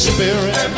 Spirit